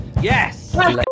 Yes